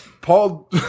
Paul